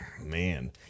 Man